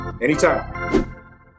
Anytime